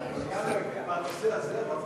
לרשותך 30